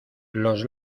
los